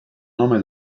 nome